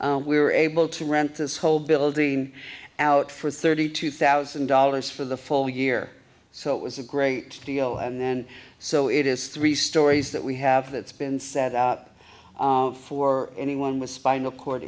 point we were able to rent this whole building out for thirty two thousand dollars for the full year so it was a great deal and so it is three stories that we have that's been set up for anyone with spinal cord